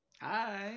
Hi